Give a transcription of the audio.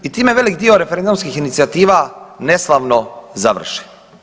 I time velik dio referendumskih inicijativa neslavno završe.